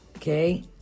Okay